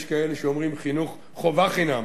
יש כאלה שאומרים חינוך חובה חינם.